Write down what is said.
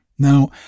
Now